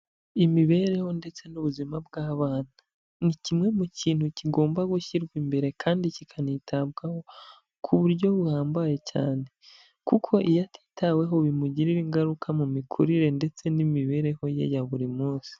Imibereho ndetse n'ubuzima bw'abana. Ni kimwe mu kintu kigomba gushyirwa imbere kandi kikanitabwaho, ku buryo buhambaye cyane. Kuko iyo atitaweho bimugirira ingaruka mu mikurire ndetse n'imibereho ye ya buri munsi.